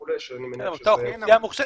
לא לכך הכוונה.